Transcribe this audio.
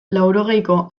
laurogeiko